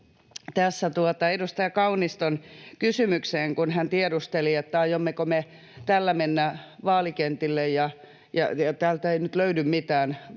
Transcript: tässä edustaja Kauniston kysymykseen, kun hän tiedusteli, aiommeko me tällä mennä vaalikentille, ja totesi, että täältä ei nyt löydy mitään valintoja.